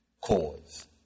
cause